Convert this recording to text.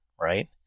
right